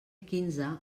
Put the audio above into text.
quinze